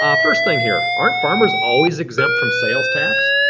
um first thing here. aren't farmers always exempt from sales tax?